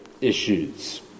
issues